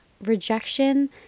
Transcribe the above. rejection